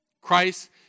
Christ